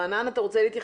הבעיה עליה אני רוצה לדבר